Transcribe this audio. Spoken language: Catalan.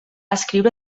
escriure